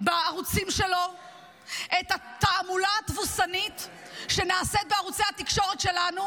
בערוצים שלו את התעמולה התבוסתנית שנעשית בערוצי התקשורת שלנו,